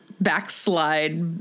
backslide